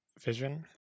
vision